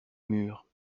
murs